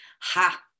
Ha